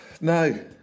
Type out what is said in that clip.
no